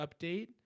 update